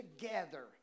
together